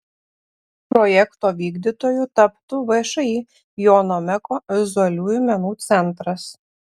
projekto vykdytoju taptų všį jono meko vizualiųjų menų centras